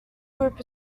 group